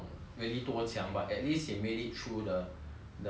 the uh prelim~ the first round lah the first round